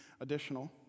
additional